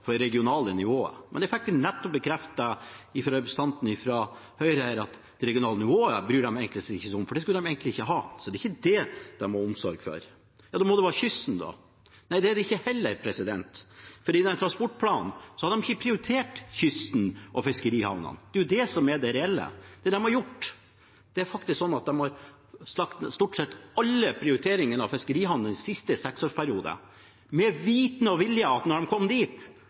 for det regionale nivået, men vi fikk jo nettopp bekreftet fra representanten fra Høyre her at de egentlig ikke bryr seg om det regionale nivået, for det vil de egentlig ikke ha. Så det er ikke det de har omsorg for. Da må det være kysten – men det er det ikke heller, for i transportplanen har de ikke prioritert kysten og fiskerihavnene. Det er det reelle. Det de har gjort, er at de har lagt stort sett alle prioriteringene av fiskerihavnene til den siste seksårsperioden, vel vitende om at når man kommer dit, er det noen andre som har ansvaret for dette. Da kan man spekulere i